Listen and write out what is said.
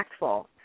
impactful